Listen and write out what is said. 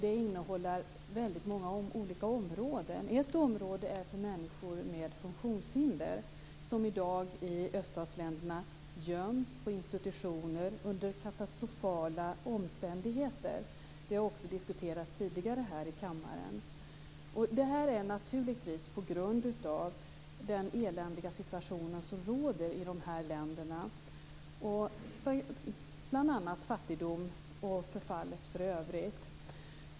Det innehåller väldigt många olika områden. Ett område gäller människor med funktionshinder, som i dag i öststatsländerna göms på institutioner under katastrofala omständigheter. Det har också diskuterats tidigare här i kammaren. Det beror naturligtvis på den eländiga situation som råder i de här länderna med bl.a. fattigdom och förfall i övrigt.